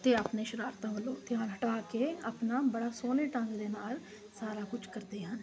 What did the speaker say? ਅਤੇ ਆਪਣੇ ਸ਼ਰਾਰਤਾਂ ਵੱਲੋਂ ਧਿਆਨ ਹਟਾ ਕੇ ਆਪਣਾ ਬੜਾ ਸੋਹਣੇ ਢੰਗ ਦੇ ਨਾਲ ਸਾਰਾ ਕੁਛ ਕਰਦੇ ਹਨ